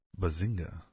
Bazinga